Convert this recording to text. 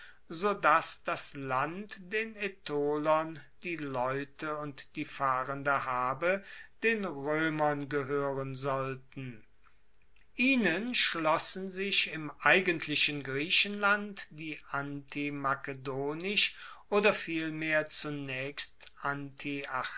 so dass das land den aetolern die leute und die fahrende habe den roemern gehoeren sollten ihnen schlossen sich im eigentlichen griechenland die antimakedonisch oder vielmehr zunaechst